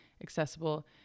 accessible